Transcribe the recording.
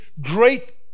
great